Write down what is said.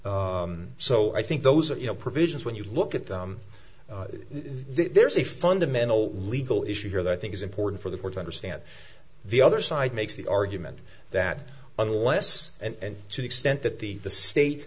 so i think those are you know provisions when you look at that there's a fundamental legal issue here i think it's important for the court to understand the other side makes the argument that unless and to the extent that the the state